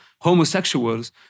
homosexuals